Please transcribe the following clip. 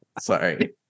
Sorry